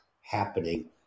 happening